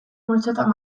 multzotan